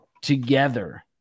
together